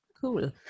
Cool